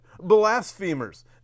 blasphemers